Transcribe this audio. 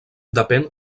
depèn